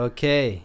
Okay